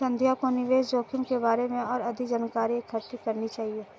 संध्या को निवेश जोखिम के बारे में और अधिक जानकारी इकट्ठी करनी चाहिए